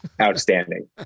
outstanding